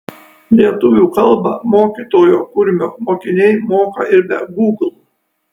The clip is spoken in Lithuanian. lietuvių kalbą mokytojo kurmio mokiniai moka ir be gūgl